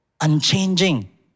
unchanging